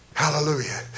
Hallelujah